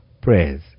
prayers